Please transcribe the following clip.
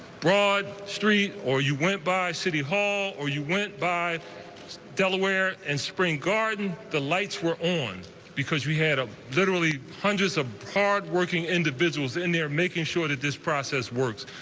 broad street or you went by city hall or you went by delaware and spring garden, the lights were on because we had ah literally hundreds of hardworking individuals in there making sure that this process works.